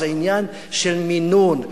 זה עניין של מינון.